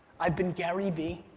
i've been garyvee.